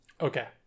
Okay